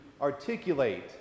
articulate